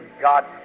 God